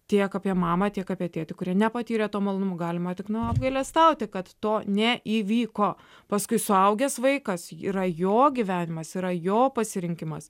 tiek apie mamą tiek apie tėtį kurie nepatyrė to malonumo galima tik apgailestauti kad to neįvyko paskui suaugęs vaikas yra jo gyvenimas yra jo pasirinkimas